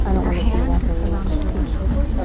her hand was on the doorknob,